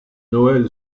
noël